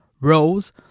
Rose